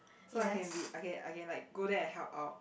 so I can be I can I can like go there and help out